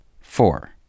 four